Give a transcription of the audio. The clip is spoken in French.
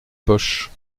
poches